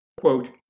quote